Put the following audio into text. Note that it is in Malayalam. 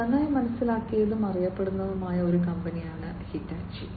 നന്നായി മനസ്സിലാക്കിയതും അറിയപ്പെടുന്നതുമായ ഒരു കമ്പനിയാണ് ഹിറ്റാച്ചി